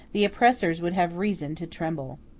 the oppressors would have reason to tremble.